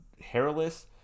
hairless